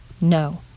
no